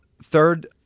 Third